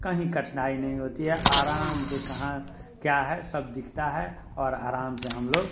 कहीं कठिनाई नहीं होती है आराम से कहाँ क्या है सब दिखता है और आराम से हम लोग